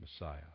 Messiah